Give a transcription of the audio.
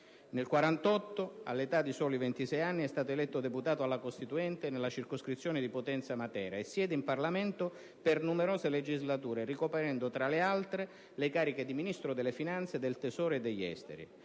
Nel 1948, all'età di soli 26 anni, è eletto deputato alla Costituente nella circoscrizione di Potenza-Matera, e siede in Parlamento per numerose legislature, ricoprendo, tra le altre, le cariche di Ministro delle finanze, del tesoro e degli affari